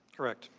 correct.